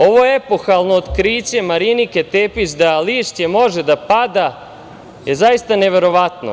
Ovo epohalno otkriće Marinike Tepić da lišće može da pada je zaista neverovatno.